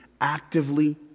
actively